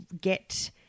get